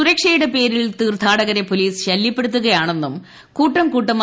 സുരക്ഷയുടെ പേരിൽ ക്യൂർത്ഥാടകരെ പൊലീസ് ശല്യപ്പെടുത്തുക യാണെന്നും കൂട്ടംകൂട്ട്മായി